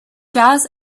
jazz